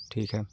ठीक है